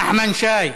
נחמן שי.